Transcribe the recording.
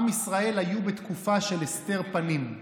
עם ישראל היה בתקופה של הסתר פנים.